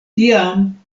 tiam